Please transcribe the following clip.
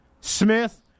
Smith